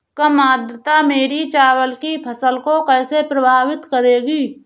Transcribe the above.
कम आर्द्रता मेरी चावल की फसल को कैसे प्रभावित करेगी?